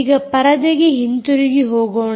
ಈಗ ಪರದೆಗೆ ಹಿಂದಿರುಗಿ ಹೋಗೋಣ